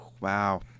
wow